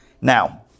Now